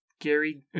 Gary